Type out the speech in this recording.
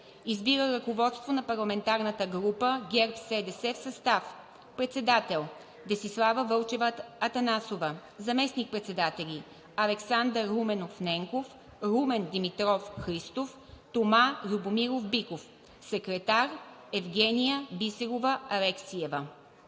Избира ръководство на парламентарната група „ГЕРБ-СДС“ в състав: председател – Десислава Вълчева Атанасова, заместник-председатели: Александър Руменов Ненков; Румен Димитров Христов; Тома Любомиров Биков; Евгения Бисерова Алексиева